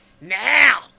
now